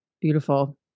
beautiful